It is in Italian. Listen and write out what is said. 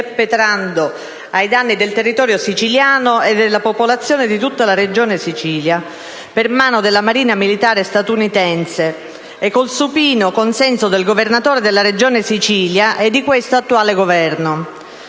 perpetrando ai danni del territorio siciliano e della popolazione di tutta la Regione Sicilia per mano della Marina militare statunitense e con il supino consenso del Governatore della Regione Sicilia e di questo attuale Governo.